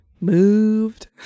moved